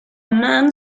man